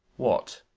what?